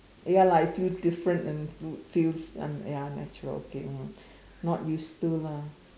ya lah it feels different and feels un~ ya unnatural okay ya mm not used to lah